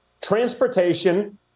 transportation